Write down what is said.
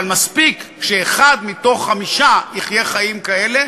אבל מספיק שאחד מתוך חמישה יחיה חיים כאלה